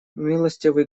милостивый